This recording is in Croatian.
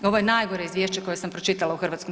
Ovo je najgore izvješće koje sam pročitala u HS.